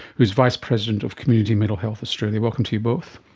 who is vice president of community mental health australia. welcome to you both.